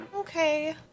Okay